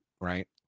right